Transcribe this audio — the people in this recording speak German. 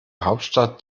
hauptstadt